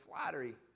flattery